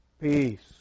Peace